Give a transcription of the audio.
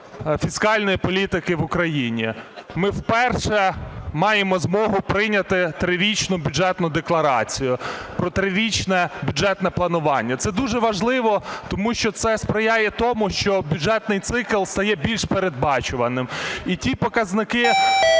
фіскальної політики в Україні: ми вперше маємо змогу прийняти трирічну Бюджетну декларацію про трирічне бюджетне планування. Це дуже важливо, тому що це сприяє тому, що бюджетний цикл стає більш передбачуваним, і ті показники,